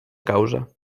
causa